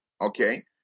okay